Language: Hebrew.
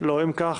אם כך,